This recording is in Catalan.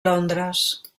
londres